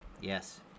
Yes